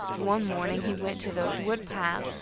one morning he went to the wood-pile,